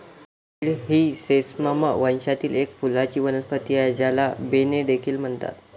तीळ ही सेसमम वंशातील एक फुलांची वनस्पती आहे, ज्याला बेन्ने देखील म्हणतात